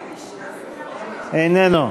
איננו.